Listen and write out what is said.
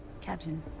Captain